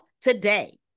today